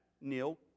Neil